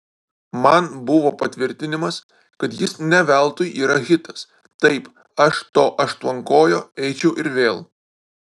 man buvo patvirtinimas kad jis ne veltui yra hitas taip aš to aštuonkojo eičiau ir vėl